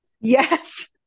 Yes